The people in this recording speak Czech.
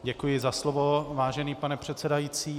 Děkuji za slovo, vážený pane předsedající.